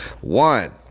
One